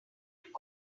could